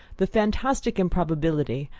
the fantastic improbability,